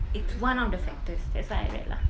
it's one of the factors that what I read lah